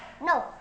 No